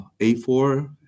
A4